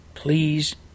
Please